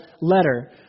letter